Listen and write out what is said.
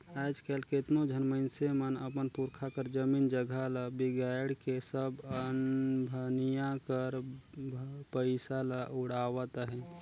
आएज काएल केतनो झन मइनसे मन अपन पुरखा कर जमीन जगहा ल बिगाएड़ के सब अनभनिया कर पइसा ल उड़ावत अहें